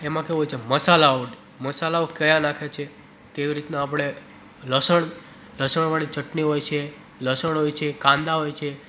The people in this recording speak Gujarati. એમાં કેવું હોય છે કે મસાલાઓની મસાલાઓ કયા નાખે છે તેવી રીતના આપણે લસણ લસણવાળી ચટણી હોય છે લસણ હોય છે કાંદા હોય છે